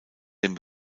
dem